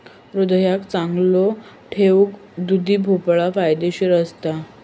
हृदयाक चांगलो ठेऊक दुधी भोपळो फायदेशीर असता